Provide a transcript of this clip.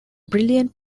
brilliant